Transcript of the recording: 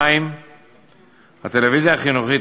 2. הטלוויזיה החינוכית,